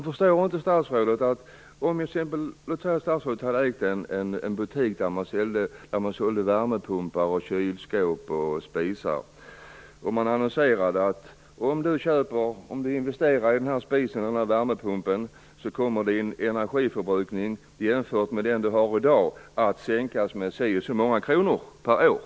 Förstår inte statsrådet att om statsrådet t.ex. hade ägt en butik som säljer värmepumpar, kylskåp och spisar och det annonserades om att genom en investering i en spis eller värmepump, kommer energiförbrukningen jämfört med den före köpet aktuella kostnaden att sänkas med ett visst antal kronor per år?